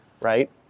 right